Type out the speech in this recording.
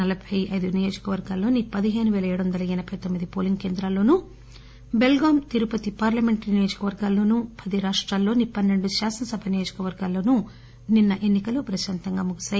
నలబై అయిదు నియోజకవర్గాల్లో పదిహేను పేల ఏడు వందల ఎనబై తొమ్మిది పోలింగ్ కేంద్రాల్లో ను టెల్గామీ తిరుపతి పార్లమెంటరీ నియోజక వర్గాల్లోనూ పదిరాప్రాల్లోని పస్సెండు శాసనసభ నియోజక వర్గాల్లోనూ నిన్స్ ఎన్నికలు ప్రశాంతంగా ముగిశాయి